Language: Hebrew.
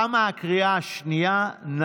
תמה הקריאה השנייה.